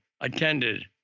attended